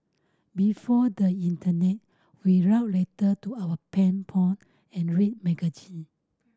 before the internet we wrote letter to our pen pal and read magazine